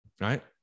right